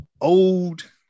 old